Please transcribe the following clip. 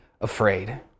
afraid